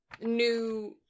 new